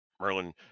Merlin